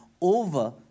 over